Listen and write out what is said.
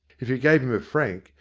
if you gave him a franc,